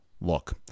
Look